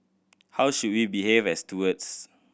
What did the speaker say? how should we behave as stewards